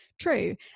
true